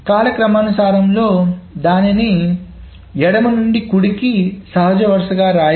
కాలక్రమానుసారం లో దానిని ఎడమ నుండి కుడికి సహజ వరుసగా వ్రాయగా